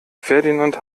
ferdinand